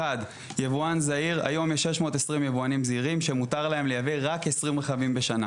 יש היום 620 יבואנים זעירים שמותר להם לייבא רק 20 רכבים בשנה,